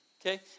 okay